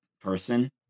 person